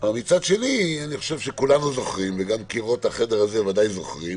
אבל מצד שני אני חושב שכולנו זוכרים וגם קירות החדר הזה ודאי זוכרים,